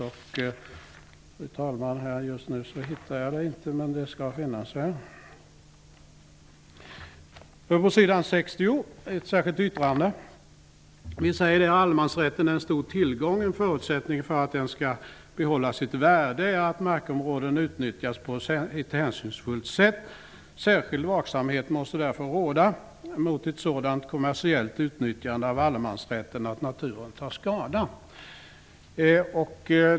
Vi framhåller där, på s. 60: ''Allemansrätten är en stor tillgång. En förutsättning för att den skall behålla sitt värde är att markområden utnyttjas på ett hänsynsfullt sätt. Särskild vaksamhet måste därför råda mot ett sådant kommersiellt utnyttjande av allemansrätten att naturen tar skada.''